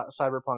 Cyberpunk